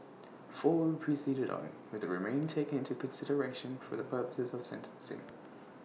four were proceeded on with the remain taken into consideration for the purposes of sentencing